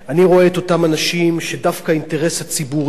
אני רואה את אותם אנשים שדווקא האינטרס הציבורי,